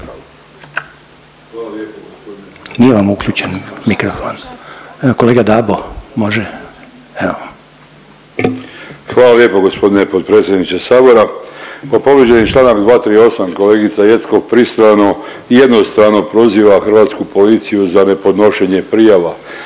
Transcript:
Hvala lijepo g. potpredsjedniče sabora, pa povrijeđen je čl. 238., kolegica Jeckov pristrano i jednostrano proziva hrvatsku policiju za nepodnošenje prijava.